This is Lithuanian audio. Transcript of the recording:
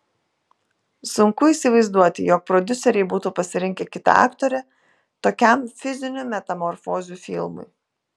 sunku įsivaizduoti jog prodiuseriai būtų pasirinkę kitą aktorę tokiam fizinių metamorfozių filmui